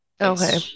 Okay